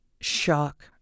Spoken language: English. Shock